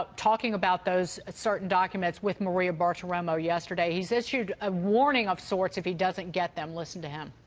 ah talking about those certain documents, with with maria bartiromo yesterday he issued a warning of sorts if he doesn't get them listen to him.